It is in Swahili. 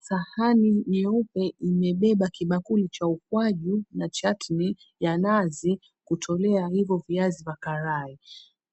Sahani nyeupe imebeba kibakuli cha ukwaju na chatni ya nazi kutolea hivyo viazi vya karai.